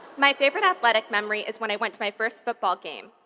my favorite athletic memory is when i went to my first football game,